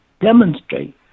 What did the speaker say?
demonstrate